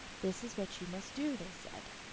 this is what you must do, they said.